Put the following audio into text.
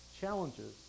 challenges